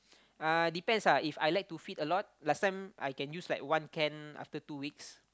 uh depends lah If I like to feed a lot last time I can use like one can after two weeks